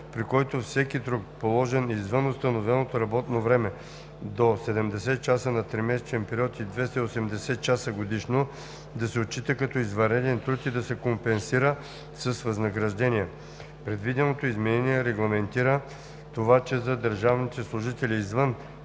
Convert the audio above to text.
при който всеки труд, положен извън установеното редовно работно време до 70 часа на тримесечен период и 280 часа годишно, да се отчита като извънреден труд и да се компенсира с възнаграждение. Предвиденото изменение регламентира това, че за държавните служители, извън